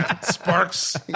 Sparks